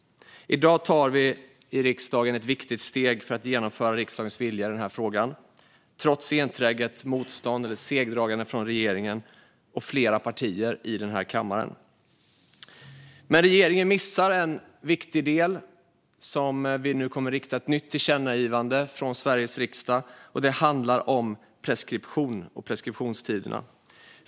I dag tar vi ett viktigt steg för att genomföra riksdagens vilja i denna fråga, trots enträget motstånd och segdragande från regeringen och flera partier i denna kammare. Regeringen missar en viktig del, och vi föreslår därför ett nytt tillkännagivande om preskriptionstider.